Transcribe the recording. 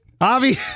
Avi